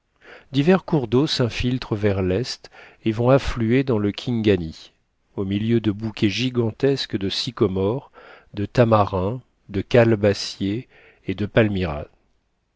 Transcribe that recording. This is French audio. divers cours d'eau s'infiltrent vers l'est et vont affluer dans le kingani au milieu de bouquets gigantesques de sycomores de tamarins de calebassiers et de palmyras